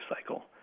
cycle